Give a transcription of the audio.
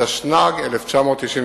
התשנ"ג 1993,